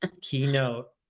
keynote